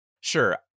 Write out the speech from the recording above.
Sure